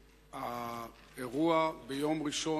שהאירוע ביום ראשון,